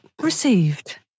received